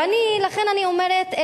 ולכן אני אומרת,